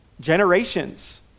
generations